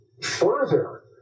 further